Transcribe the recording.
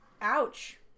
Ouch